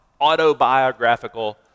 Autobiographical